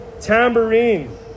tambourine